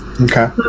Okay